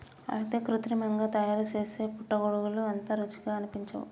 అయితే కృత్రిమంగా తయారుసేసే పుట్టగొడుగులు అంత రుచిగా అనిపించవు